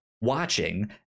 watching